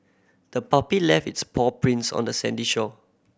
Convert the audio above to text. the puppy left its paw prints on the sandy shore